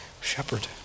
shepherd